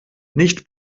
nicht